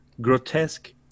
Grotesque